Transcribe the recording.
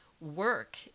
work